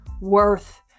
worth